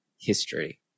history